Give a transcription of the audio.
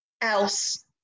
else